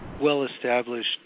well-established